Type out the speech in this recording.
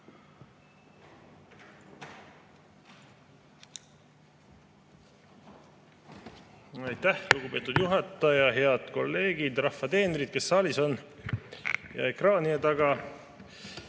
Aitäh, lugupeetud juhataja! Head kolleegid, rahva teenrid, kes saalis on ja ekraanide taga!